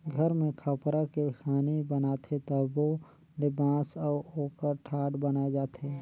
घर मे खपरा के छानी बनाथे तबो ले बांस अउ ओकर ठाठ बनाये जाथे